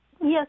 Yes